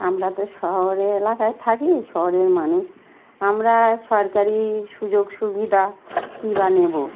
আমরা তো শহরের এলাকায় থাকি শহরের মানুষ আমরা সরকারি সুযোগ সুবিধা কী বা নেবো